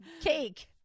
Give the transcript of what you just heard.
cake